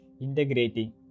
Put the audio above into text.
integrating